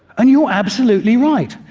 and you're absolutely right.